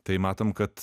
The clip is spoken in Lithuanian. tai matom kad